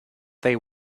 they